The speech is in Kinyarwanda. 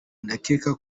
ndakeka